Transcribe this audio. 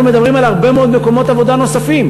אנחנו מדברים על הרבה מאוד מקומות עבודה נוספים